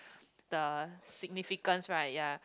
the significance right ya